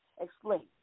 explain